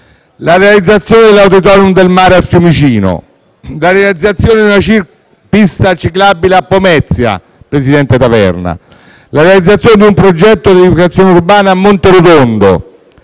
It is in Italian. la realizzazione dell'Auditorium del mare a Fiumicino; la realizzazione di una pista ciclabile a Pomezia (presidente Taverna!); la realizzazione di un progetto di riqualificazione urbana a Monterotondo;